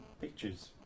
pictures